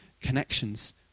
connections